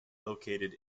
located